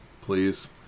please